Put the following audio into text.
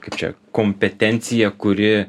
kaip čia kompetencija kuri